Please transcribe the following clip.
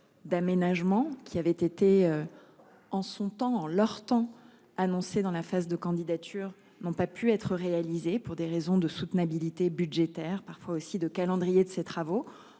d'aménagement qui avait été. En son temps en leur temps annoncé dans la phase de candidature n'ont pas pu être réalisés pour des raisons de soutenabilité budgétaire parfois aussi de calendrier de ces travaux.